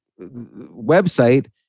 website